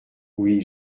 oui